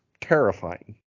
terrifying